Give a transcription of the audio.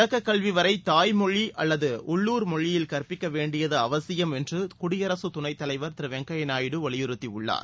தொடக்க கல்வி வரை தாய்மொழி அல்லது உள்ளுர் மொழியில் கற்பிக்க வேண்டியது அவசியம் என்று குடியரசு துணைத்தலைவர் திரு வெங்கைய்ய நாயுடு வலியுறுத்தியுள்ளார்